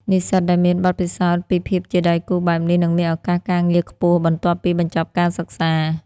និស្សិតដែលមានបទពិសោធន៍ពីភាពជាដៃគូបែបនេះនឹងមានឱកាសការងារខ្ពស់បន្ទាប់ពីបញ្ចប់ការសិក្សា។